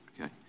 Okay